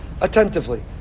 attentively